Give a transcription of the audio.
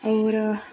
ಅವರ